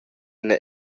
ina